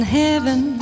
heaven